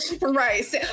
Right